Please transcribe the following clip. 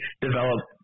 develop